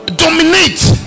dominate